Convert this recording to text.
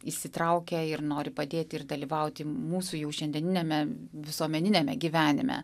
įsitraukia ir nori padėti ir dalyvauti mūsų jau šiandieniniame visuomeniniame gyvenime